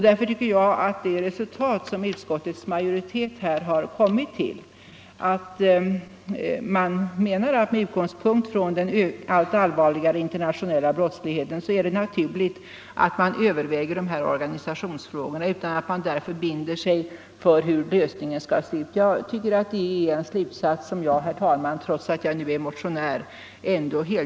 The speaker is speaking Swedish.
Därför tycker jag att den slutsats som utskottets majoritet kommit fram till, att dessa organisationsfrågor skall övervägas med utgångspunkt från den allt allvarligare internationella brottsligheten utan att man därför binder sig för hur lösningen skall se ut, är någonting som jag helhjärtat kan ställa mig bakom, trots att jag är motionär.